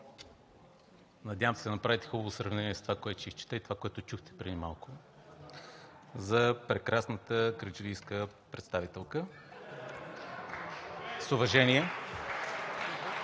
надявам се да направите хубаво сравнение с това, което ще изчета, и това, което чухте преди малко за прекрасната кърджалийска представителка, (смях и